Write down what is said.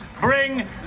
bring